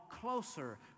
closer